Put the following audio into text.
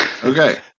Okay